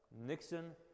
Nixon